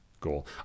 Goal